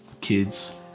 kids